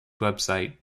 website